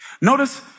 Notice